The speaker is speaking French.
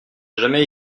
jamais